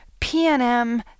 PNM